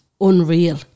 unreal